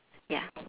ya